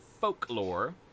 folklore